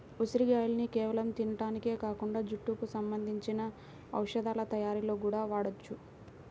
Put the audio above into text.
ఉసిరిగాయల్ని కేవలం తింటానికే కాకుండా జుట్టుకి సంబంధించిన ఔషధాల తయ్యారీలో గూడా వాడొచ్చు